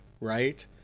right